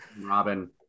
Robin